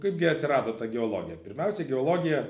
kaipgi atsirado ta geologija pirmiausiai geologija